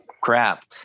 crap